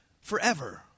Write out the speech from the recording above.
forever